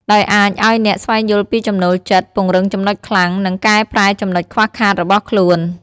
ដោយអាចឲ្យអ្នកស្វែងយល់ពីចំណូលចិត្ត ពង្រឹងចំណុចខ្លាំង និងកែប្រែចំណុចខ្វះខាតរបស់ខ្លួន។